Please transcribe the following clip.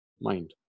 mind